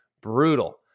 brutal